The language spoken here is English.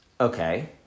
okay